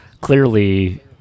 clearly